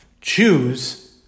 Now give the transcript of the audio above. Choose